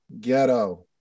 ghetto